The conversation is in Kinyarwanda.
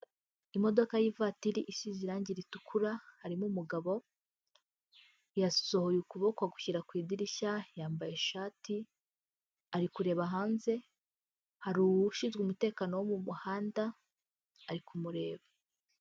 Imodoka y'ivatiri isize irangi ritukura, harimo umugabo yasohoye ukuboko agushyira ku idirishya yambaye ishati, ari kureba hanze hari ushinzwe umutekano wo mu muhanda ari kumureba.